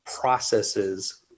processes